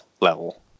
level